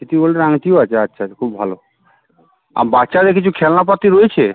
city গোল্ডের আংটিও আচ্ছা আচ্ছা খুব ভালো আর বাচ্চাদের কিছু খেলনাপাতি রয়েছে